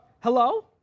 hello